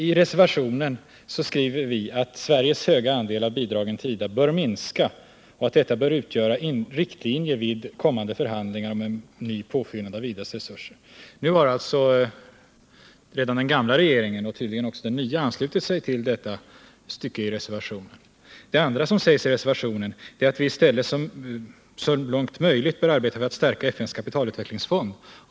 I reservationen skriver vi att Sveriges höga andel av bidragen till IDA bör minska och att detta bör utgöra riktlinje vid kommande förhandlingar om en ny påfyllnad av IDA:s resurser. Den gamla regeringen och tydligen också den nya har nu anslutit sig till detta stycke i reservationen. Det andra som sägs i reservationen är att vi i stället så långt möjligt bör arbeta för att stärka FN:s kapitalutvecklingsfond.